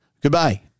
Goodbye